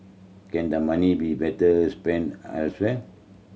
can the money be better spent elsewhere